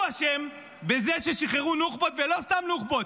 הוא אשם בזה ששחררו נוח'בות, ולא סתם נוח'בות,